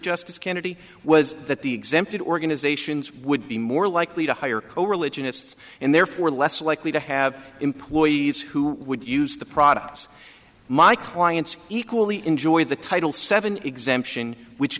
justice kennedy was that the exempt organizations would be more likely to hire coreligionists and therefore less likely to have employees who would use the products my clients equally enjoy the title seven exemption which